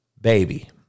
Baby